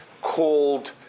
called